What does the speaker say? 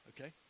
okay